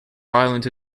island